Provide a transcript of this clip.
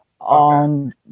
On